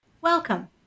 welcome